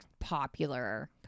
popular